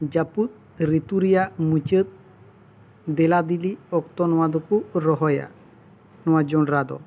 ᱡᱟᱹᱯᱩᱫ ᱨᱤᱛᱩ ᱨᱮᱭᱟᱜ ᱢᱩᱪᱟᱹᱫ ᱫᱮᱞᱟ ᱫᱮᱞᱤ ᱚᱠᱛᱚ ᱱᱚᱣᱟ ᱫᱚᱠᱚ ᱨᱚᱦᱚᱭᱟ ᱱᱚᱣᱟ ᱡᱚᱱᱰᱨᱟ ᱫᱚ